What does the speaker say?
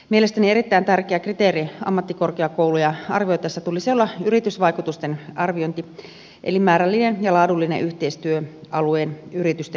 mielestäni erittäin tärkeän kriteerin ammattikorkeakouluja arvioitaessa tulisi olla yritysvaikutusten arviointi eli määrällinen ja laadullinen yhteistyö alueen yritysten kanssa